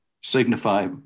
signify